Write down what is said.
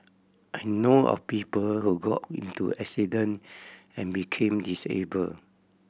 I know of people who got into accident and became disabled